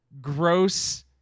gross